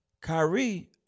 Kyrie